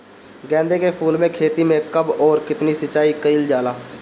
गेदे के फूल के खेती मे कब अउर कितनी सिचाई कइल जाला?